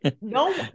no